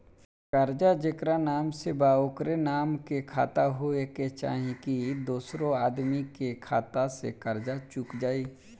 कर्जा जेकरा नाम से बा ओकरे नाम के खाता होए के चाही की दोस्रो आदमी के खाता से कर्जा चुक जाइ?